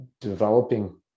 developing